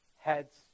heads